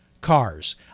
cars